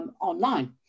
online